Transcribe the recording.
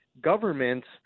governments